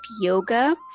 yoga